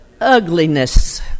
Ugliness